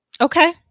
Okay